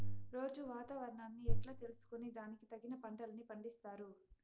రోజూ వాతావరణాన్ని ఎట్లా తెలుసుకొని దానికి తగిన పంటలని పండిస్తారు?